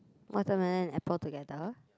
watermelon and apple together